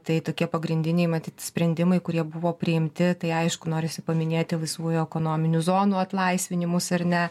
tai tokie pagrindiniai matyt sprendimai kurie buvo priimti tai aišku norisi paminėti laisvųjų ekonominių zonų atlaisvinimus ar ne